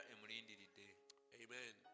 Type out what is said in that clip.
Amen